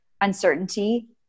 uncertainty